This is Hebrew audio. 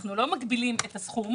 אנחנו לא מגבילים את הסכום.